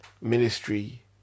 ministry